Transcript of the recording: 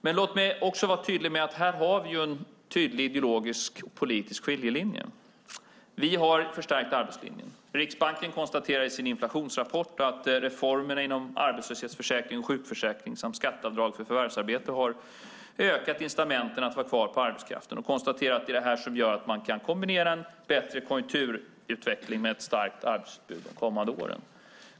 Men låt mig också vara tydlig med att vi här har en ideologisk skiljelinje. Vi har förstärkt arbetslinjen. Riksbanken konstaterar i sin inflationsrapport att reformerna inom arbetslöshetsförsäkring och sjukförsäkring samt skatteavdrag för förvärvsarbete har ökat incitamenten att vara kvar i arbetskraften. Vi har konstaterat att det är det här som gör att man kan kombinera en bättre konjunkturutveckling med ett starkt arbetsutbud de kommande åren.